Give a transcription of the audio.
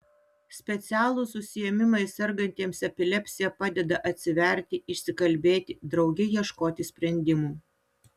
specialūs užsiėmimai sergantiems epilepsija padeda atsiverti išsikalbėti drauge ieškoti sprendimų